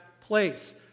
place